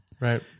Right